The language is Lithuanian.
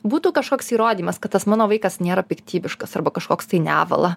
būtų kažkoks įrodymas kad tas mano vaikas nėra piktybiškas arba kažkoks tai nevala